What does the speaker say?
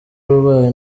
w’ububanyi